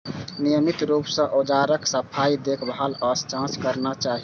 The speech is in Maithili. नियमित रूप सं औजारक सफाई, देखभाल आ जांच करना चाही